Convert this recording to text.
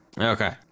Okay